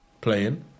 playing